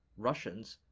russians,